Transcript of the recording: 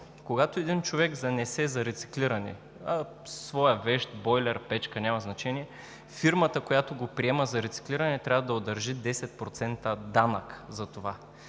Когато един човек занесе за рециклиране своя вещ – бойлер, печка, няма значение, фирмата, която я приема за рециклиране, трябва да удържи 10% данък за това.